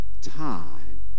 time